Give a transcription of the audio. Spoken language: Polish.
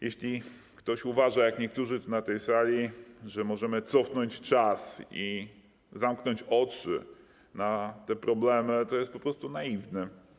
Jeśli ktoś uważa, jak niektórzy na tej sali, że możemy cofnąć czas i zamknąć oczy na te problemy, to jest po prostu naiwny.